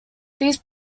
these